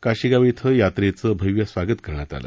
काशिगाव इथं यात्रेचं भव्य स्वागत करण्यात आलं